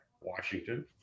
Washington